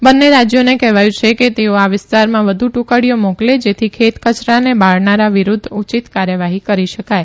બંને રાજયોને કહેવાયું છે કે તેઓ આ વિસ્તારમાં વધુ ટુકડીઓ મોકલે જેથી ખેત કચરાને બાળનારા વિરુધ્ધ ઉચિત કાર્યવાહી કરી શકાય